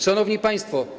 Szanowni Państwo!